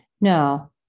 no